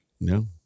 No